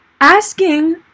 asking